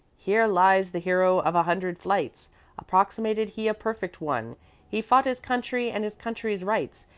here lies the hero of a hundred flights approximated he a perfect one he fought his country and his country's rights,